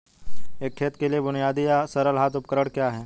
एक खेत के लिए बुनियादी या सरल हाथ उपकरण क्या हैं?